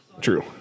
True